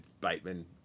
Bateman